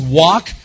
walk